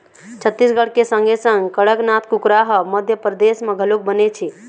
छत्तीसगढ़ के संगे संग कड़कनाथ कुकरा ह मध्यपरदेस म घलोक बनेच हे